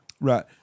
Right